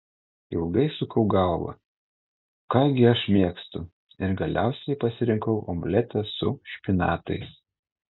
ilgai sukau galvą ką gi aš mėgstu ir galiausiai pasirinkau omletą su špinatais